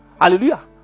Hallelujah